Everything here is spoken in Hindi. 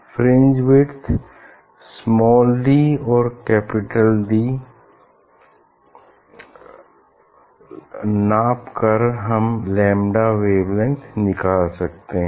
फ्रिंज विड्थ स्माल डी और कैपिटल डी नाप कर हम लैम्डा वेवलेंग्थ निकाल सकते हैं